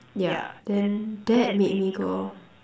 yeah then that made me go